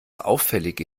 auffällige